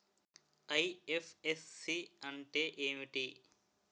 IFSC అంటే ఏమిటి?